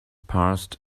passed